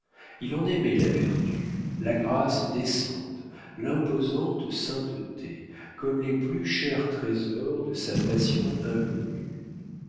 il en aimait la vertu la grâce décente l'imposante sainteté comme les plus chers trésors de sa passion inconnue